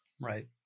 Right